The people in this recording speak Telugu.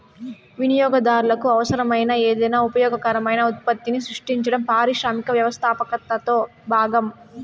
వినియోగదారులకు అవసరమైన ఏదైనా ఉపయోగకరమైన ఉత్పత్తిని సృష్టించడం పారిశ్రామిక వ్యవస్థాపకతలో భాగం